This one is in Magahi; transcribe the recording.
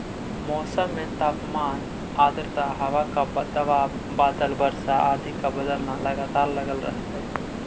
मौसम में तापमान आद्रता हवा का दबाव बादल वर्षा आदि का बदलना लगातार लगल रहअ हई